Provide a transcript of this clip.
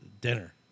dinner